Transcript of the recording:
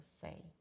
say